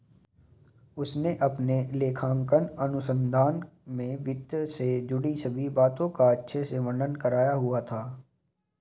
उसने अपने लेखांकन अनुसंधान में वित्त से जुड़ी सभी बातों का अच्छे से वर्णन करा हुआ था